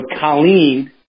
Colleen